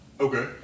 Okay